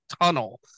tunnel